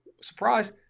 surprise